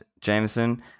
Jameson